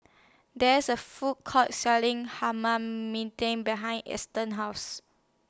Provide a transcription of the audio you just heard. There IS A Food Court Selling behind Eston's House